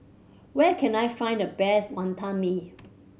where can I find the best Wantan Mee